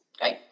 Great